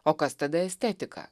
o kas tada estetika